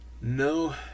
No